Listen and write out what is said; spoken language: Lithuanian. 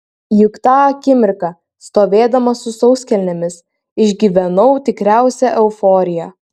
juk tą akimirką stovėdama su sauskelnėmis išgyvenau tikriausią euforiją